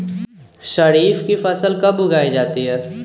खरीफ की फसल कब उगाई जाती है?